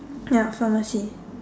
ya pharmacy